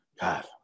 God